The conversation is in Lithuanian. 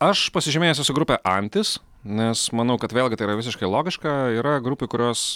aš pasižymėjęs esu grupę antis nes manau kad vėlgi tai yra visiškai logiška yra grupių kurios